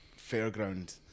fairground